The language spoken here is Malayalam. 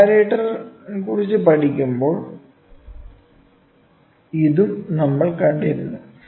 കബാരറ്റർ കുറിച്ച് പഠിക്കുമ്പോൾ ഇതും നമ്മൾ കണ്ടിരുന്നു